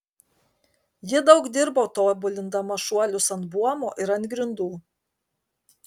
ji daug dirbo tobulindama šuolius ant buomo ir ant grindų